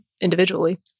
individually